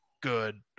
good